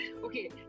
okay